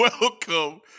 Welcome